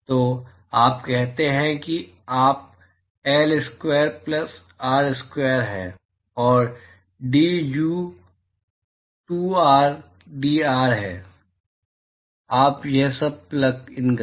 तो आप कहते हैं कि आप L square plus R square हैं और D U 2 R D R है आप यह सब प्लग इन करें